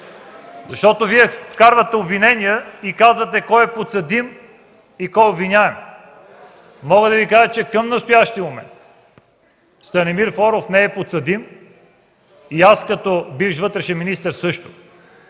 Защото Вие вкарвате обвинение и казвате кой е подсъдим и кой е обвиняем. Мога да Ви кажа, че към настоящия момент Станимир Флоров не е подсъдим и аз като бивш вътрешен министър – също.